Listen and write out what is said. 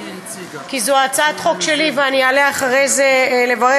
כי זו הצעת חוק שלי ואני אעלה אחרי זה לברך.